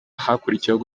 hakurikiyeho